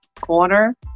Corner